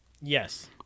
Yes